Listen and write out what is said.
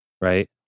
right